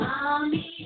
Mommy